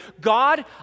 God